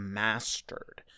mastered